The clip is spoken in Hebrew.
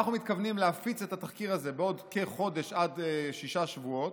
אנחנו מכוונים להפיץ את התחקיר הזה בעוד כחודש עד שישה שבועות,